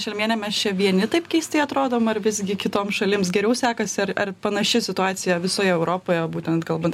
šelmiene mes čia vieni taip keistai atrodom ar visgi kitoms šalims geriau sekasi ar ar panaši situacija visoj europoje būtent kalbant